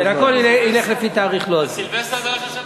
על-פי תאריך לועזי.